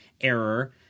error –